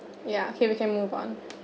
ya okay we can move on